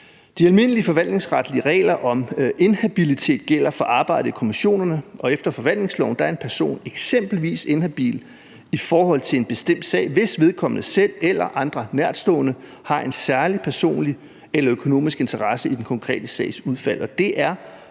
De almindelige forvaltningsretlige regler om inhabilitet gælder for arbejdet i kommissionerne. Efter forvaltningsloven er en person eksempelvis inhabil i forhold til en bestemt sag, hvis vedkommende selv eller andre nærtstående har en særlig personlig eller økonomisk interesse i den konkrete sags udfald.